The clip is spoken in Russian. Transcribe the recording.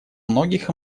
многих